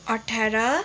अठार